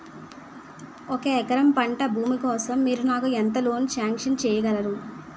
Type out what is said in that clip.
ఒక ఎకరం పంట భూమి కోసం మీరు నాకు ఎంత లోన్ సాంక్షన్ చేయగలరు?